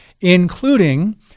including